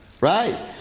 right